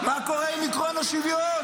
מה קורה עם עקרון השוויון?